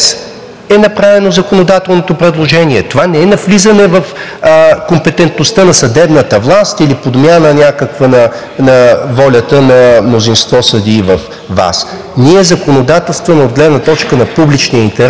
е направено законодателното предложение. Това не е навлизане в компетентността на съдебната власт или някаква подмяна на волята на мнозинство съдии във ВАС. Ние законодателстваме от гледна точка на публичния интерес